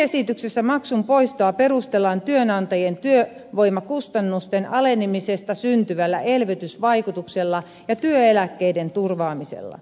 lakiesityksessä maksun poistoa perustellaan työnantajien työvoimakustannusten alenemisesta syntyvällä elvytysvaikutuksella ja työeläkkeiden turvaamisella